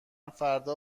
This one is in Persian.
فردا